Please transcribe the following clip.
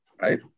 right